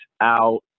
out